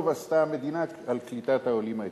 עשתה המדינה בקליטת העולים האתיופים.